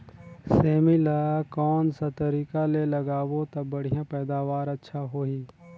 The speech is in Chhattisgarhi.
सेमी ला कोन सा तरीका ले लगाबो ता बढ़िया पैदावार अच्छा होही?